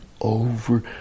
over